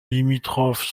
limitrophes